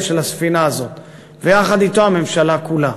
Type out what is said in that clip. של הספינה הזאת ויחד אתו הממשלה כולה?